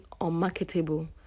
unmarketable